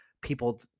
people